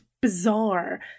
bizarre